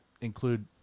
include